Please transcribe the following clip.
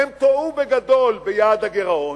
הם טעו בגדול ביעד הגירעון.